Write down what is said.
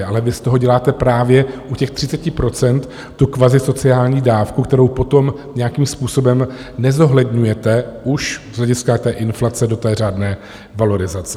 Ale vy z toho děláte právě u těch 30 % tu kvazisociální dávku, kterou potom nějakým způsobem nezohledňujete už z hlediska inflace do řádné valorizace.